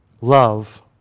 Love